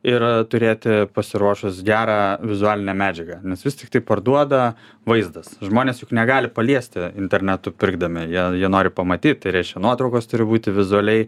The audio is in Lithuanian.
ir turėti pasiruošus gerą vizualinę medžiagą nes vis tiktai parduoda vaizdas žmonės juk negali paliesti internetu pirkdami jei jie nori pamatyt tai reiškia nuotraukos turi būti vizualiai